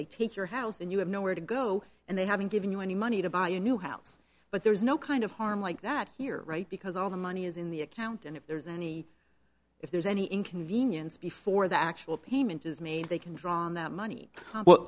they take your house and you have nowhere to go and they haven't given you any money to buy a new house but there is no kind of harm like that you're right because all the money is in the account and if there's any if there's any inconvenience before the actual payment is made they can draw on that money well